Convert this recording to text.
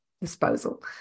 disposal